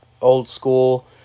old-school